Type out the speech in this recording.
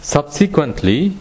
Subsequently